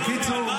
בקיצור,